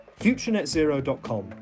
futurenetzero.com